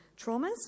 traumas